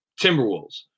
Timberwolves